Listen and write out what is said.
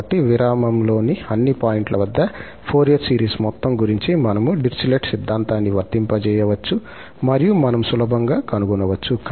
కాబట్టి విరామంలోని అన్ని పాయింట్ల వద్ద ఫోరియర్ సిరీస్ మొత్తం గురించి మనము డిరిచ్లెట్ సిద్ధాంతాన్ని వర్తింపజేయవచ్చు మరియు మనం సులభంగా కనుగొనవచ్చు